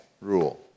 rule